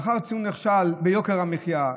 לאחר ציון נכשל ביוקר המחיה,